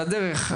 על הדרך,